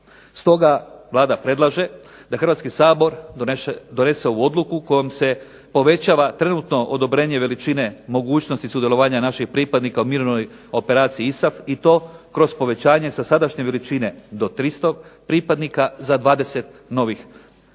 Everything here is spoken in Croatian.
Stoga, Vlada predlaže da Hrvatski sabor donese ovu odluku kojom se povećava trenutno odobrenje veličine mogućnosti sudjelovanja naših pripadnika u mirovnoj operaciji ISAF i to kroz povećanje sa sadašnje veličine do 300 pripadnika za 20 novih